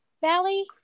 Valley